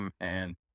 man